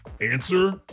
Answer